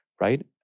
right